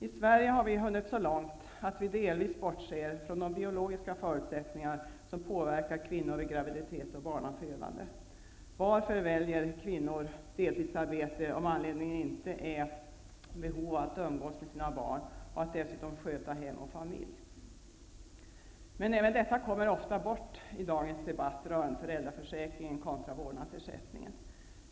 I Sverige har vi hinnit så långt att vi delvis bortser från de biologiska förutsättningarna som påverkar kvinnor vid graviditet och barnafödande. Varför väljer kvinnor deltidsarbete om anledningen inte är ett behov av att umgås med sina barn och att dessutom sköta hem och familj? Men även detta kommer ofta bort i dagens debatt rörande föräldraförsäkringen kontra vårdnadsersättningen.